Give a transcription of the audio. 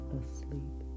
asleep